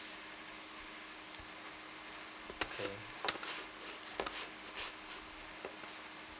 okay